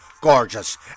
Gorgeous